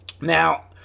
Now